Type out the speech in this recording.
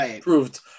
proved